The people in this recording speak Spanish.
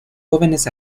jóvenes